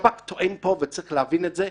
השב"כ טוען פה, וצריך להבין את זה,